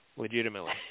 Legitimately